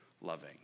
loving